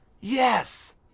Yes